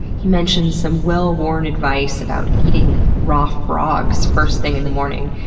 he mentions some well-worn advice about eating raw frogs first thing in the morning.